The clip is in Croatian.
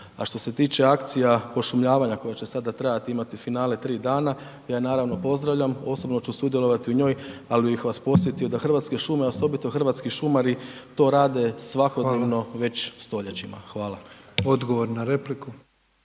A što se tiče akcija pošumljavanja koja će sada trajati, imate finale 3 dana, ja naravno pozdravljam osobno ću sudjelovati u njoj ali bih vas podsjetio da Hrvatske šume osobito hrvatski šumari to rade svakodnevno već stoljećima. Hvala. **Petrov, Božo